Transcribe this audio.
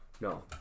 No